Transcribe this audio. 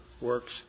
works